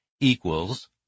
equals